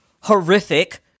horrific